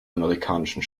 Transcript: amerikanischen